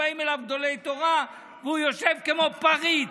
באים אליו גדולי תורה, והוא יושב כמו פריץ,